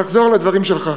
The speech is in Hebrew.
נחזור לדברים שלך.